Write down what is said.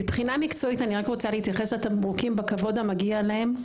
מקצועית אני רוצה להתייחס לתמרוקים בכבוד המגיע להם.